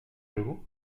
jour